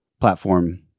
platform